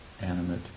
animate